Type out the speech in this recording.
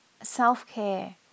self-care